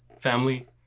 family